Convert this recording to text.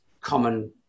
common